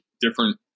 different